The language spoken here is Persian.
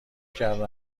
کردم